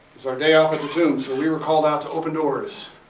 is our day off at the tomb, so we were called out to open doors.